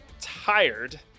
tired